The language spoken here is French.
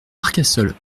marcassol